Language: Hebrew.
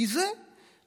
כי זה בעייתי.